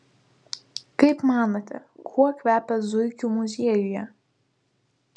kaip manote kuo kvepia zuikių muziejuje